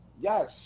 yes